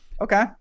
Okay